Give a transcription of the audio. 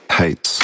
hates